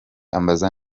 ambaza